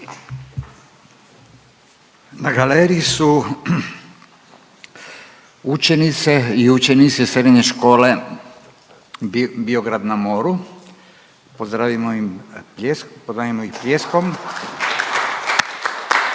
Na galeriji su učenice i učenici Srednje škole Biograd na moru, pozdravimo ih pljeskom.